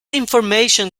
information